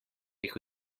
jih